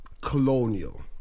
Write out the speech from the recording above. colonial